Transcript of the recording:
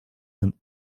and